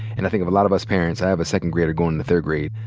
and i think of a lot of us parents. i have a second grader goin' into third grade.